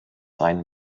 sein